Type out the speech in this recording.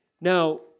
Now